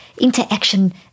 interaction